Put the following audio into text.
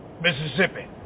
Mississippi